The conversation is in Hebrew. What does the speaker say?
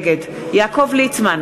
נגד יעקב ליצמן,